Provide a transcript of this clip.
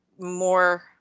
more